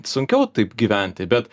sunkiau taip gyventi bet